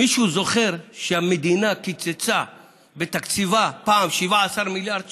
מישהו זוכר שהמדינה קיצצה בתקציבה פעם 17 מיליארד ש"ח?